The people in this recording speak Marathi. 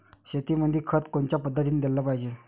शेतीमंदी खत कोनच्या पद्धतीने देलं पाहिजे?